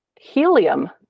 helium